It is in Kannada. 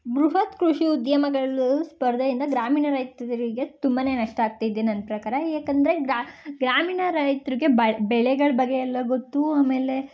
ಬೃಹತ್ ಕೃಷಿ ಉದ್ಯಮಗಳು ಸ್ಪರ್ಧೆಯಿಂದ ಗ್ರಾಮೀಣ ರೈತರಿಗೆ ತುಂಬಾ ನಷ್ಟ ಆಗ್ತಿದೆ ನನ್ನ ಪ್ರಕಾರ ಯಾಕಂದರೆ ಗ್ರಾಮೀಣ ರೈತರಿಗೆ ಬಳ್ ಬೆಳೆಗಳ ಬಗ್ಗೆ ಎಲ್ಲ ಗೊತ್ತು ಆಮೇಲೆ